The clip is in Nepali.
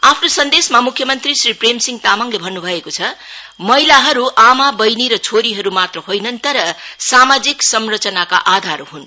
आफ्नो सन्देशमा मुख्य मंत्री श्री प्रेमसिंह तामङले भन्न् भएको छ महिलाहरू आमा बहिनी र छोरीहरू मात्र होइन तर सामाजिक संरचनाका आधार हुन्